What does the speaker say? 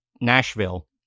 Nashville